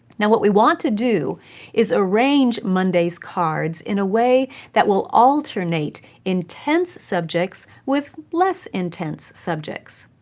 yeah what we want to do is arrange monday's cards in a way that will alternate intense subjects with less intense subjects.